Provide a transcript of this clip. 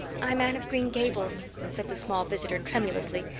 i'm anne of green gables, said the small visitor tremulously,